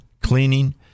Cleaning